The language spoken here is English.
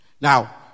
Now